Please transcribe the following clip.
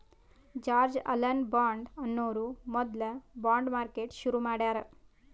George Alan Bond ಅನ್ನೋರು ಮೊದ್ಲ bond market ಶುರು ಮಾಡ್ಯಾರ್